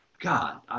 God